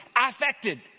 affected